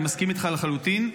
אני מסכים איתך לחלוטין,